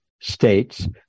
States